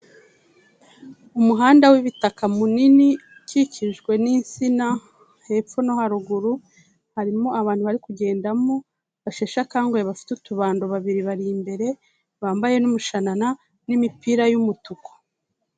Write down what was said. Umuhanda w'ibitaka munini ukikijwe n'insina hepfo no haruguru, harimo abantu bari kugendamo basheshe akanguhe bafite utubando, babiri bari imbere, bambaye n'umushanana n'imipira y'umutuku.